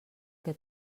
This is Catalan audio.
que